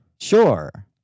sure